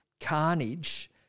carnage